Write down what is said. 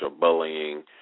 bullying